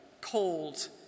called